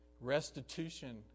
Restitution